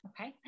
Okay